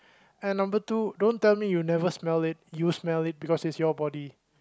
and number two don't tell me you never smell it you smell it because it's you body